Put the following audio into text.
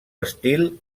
estil